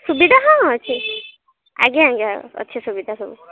ସୁବିଧା ହଁ ଅଛି ଆଜ୍ଞା ଆଜ୍ଞା ଅଛି ସୁବିଧା ସବୁ